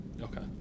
Okay